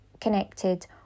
connected